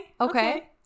Okay